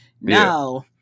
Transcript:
Now